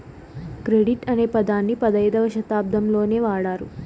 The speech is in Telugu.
క్రెడిట్ అనే పదాన్ని పదైధవ శతాబ్దంలోనే వాడారు